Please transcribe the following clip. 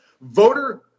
voter